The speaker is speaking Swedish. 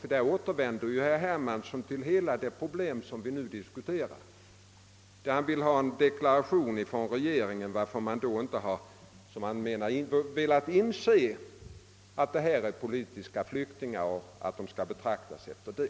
Herr Hermansson återkommer i den till hela det problem som vi nu diskuterar och vill att regeringen skall förklara varför den inte velat inse att dessa ungdomar är politiska flyktingar och skall behandlas som sådana.